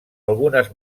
algunes